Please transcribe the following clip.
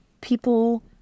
people